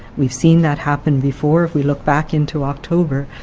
we've seen that happen before. if we look back into october,